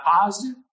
positive